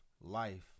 life